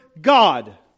God